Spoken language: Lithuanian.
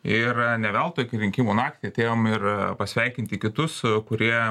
ir ne veltui kai rinkimų naktį atėjom ir pasveikinti kitus kurie